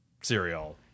cereal